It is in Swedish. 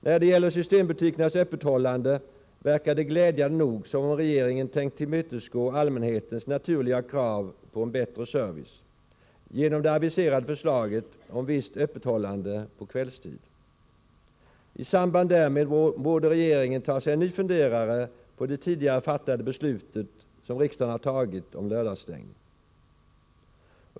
När det gäller systembutikernas öppethållande verkar det glädjande nog som om regeringen tänkte tillmötesgå allmänhetens naturliga krav på en bättre service genom det aviserade förslaget om visst öppethållande på kvällstid. I samband härmed borde regeringen ta sig en ny funderare på de beslut riksdagen tidigare fattade om lördagsstängning.